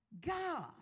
God